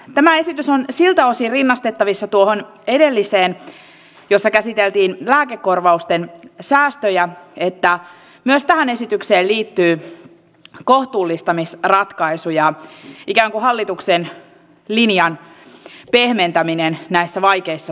tämä esitys on siltä osin rinnastettavissa edelliseen jossa käsiteltiin lääkekorvausten säästöjä että myös tähän esitykseen liittyy kohtuullistamisratkaisuja ikään kuin hallituksen linjan pehmentäminen näissä vaikeissa talousolosuhteissa